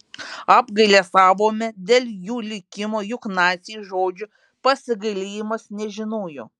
apgailestavome dėl jų likimo juk naciai žodžio pasigailėjimas nežinojo